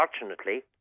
unfortunately